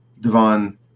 Devon